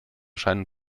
scheinen